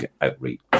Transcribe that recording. outreach